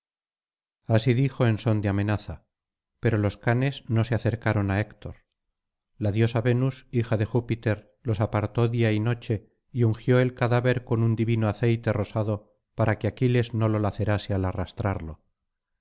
así dijo en son de amenaza pero los canes no se acercaron á héctor la diosa venus hija de júpiter los apartó día y noche y ungió el cadáver con un divino aceite rosado para que aquiles no lo lacerase al arrastrarlo